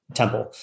temple